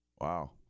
Wow